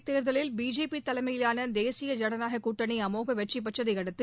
மக்களவை தேர்தலில் பிஜேபி தலைமையிவான தேசிய ஜனநாயக கூட்டணி அமோக வெற்றி பெற்றதையடுத்து